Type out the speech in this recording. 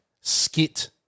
skit